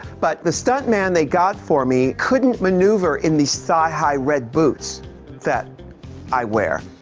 but the stunt man they got for me couldn't maneuver in these thigh high red boots that i wear.